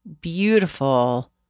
beautiful